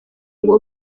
ngo